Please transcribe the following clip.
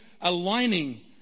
aligning